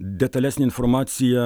detalesnę informaciją